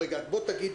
רגע, קטי.